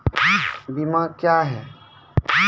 बीमा क्या हैं?